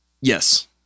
Yes